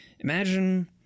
Imagine